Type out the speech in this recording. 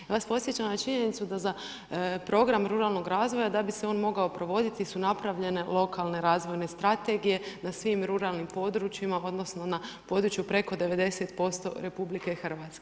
Ja vas podsjećam na činjenicu da za Program ruralnog razvoja da bi se on mogao provoditi su napravljene lokalne razvojne strategije na svim ruralnim područjima odnosno na području preko 90% RH.